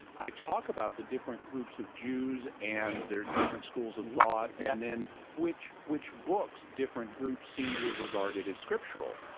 i talk about the different groups of jews, and the different schools of thought. and and which which books different groups seem to have regarded as scripture.